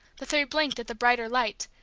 the three blinked at the brighter light,